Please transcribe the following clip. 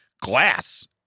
glass